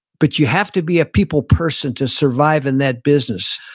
but you have to be a people person to survive in that business.